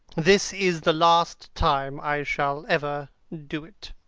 this is the last time i shall ever do it.